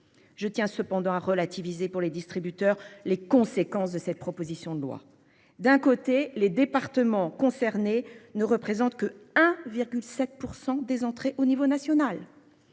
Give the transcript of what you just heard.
Je tiens cependant à relativiser, pour les distributeurs, les conséquences de cette proposition de loi d'un côté les départements concernés ne représentent que 1,7% des entrées au niveau national.